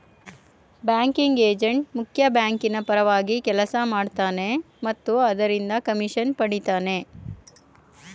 banking agent ಮುಖ್ಯ ಬ್ಯಾಂಕಿನ ಪರವಾಗಿ ಕೆಲಸ ಮಾಡ್ತನೆ ಮತ್ತು ಅದರಿಂದ ಕಮಿಷನ್ ಪಡಿತನೆ